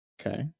Okay